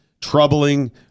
troubling